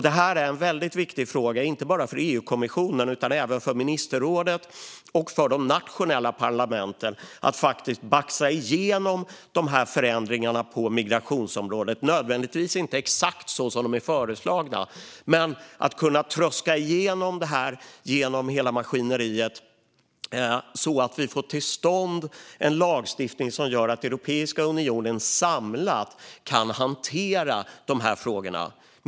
Det är en väldigt viktig fråga, inte bara för EU-kommissionen utan även för ministerrådet och för de nationella parlamenten, att baxa igenom dessa förändringar på migrationsområdet. Det behöver inte nödvändigtvis ske exakt så som föreslagits, men detta måste tröskas genom hela maskineriet så att vi får till stånd en lagstiftning som gör att Europeiska unionen samlat kan hantera dessa frågor.